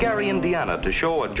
gary indiana to show a